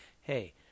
hey